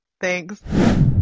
thanks